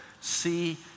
see